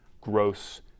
gross